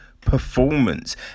performance